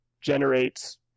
generates